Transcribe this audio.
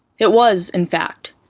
it was, in fact,